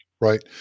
Right